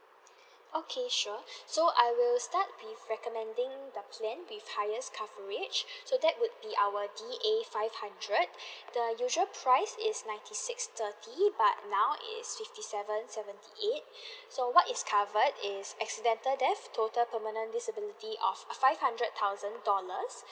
okay sure so I will start with recommending the plan with highest coverage so that would be our D_A five hundred the usual price is ninety six thirty but now it is fifty seven seventy eight so what is covered is accidental death total permanent disability of five hundred thousand dollars